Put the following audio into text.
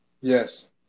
yes